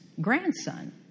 grandson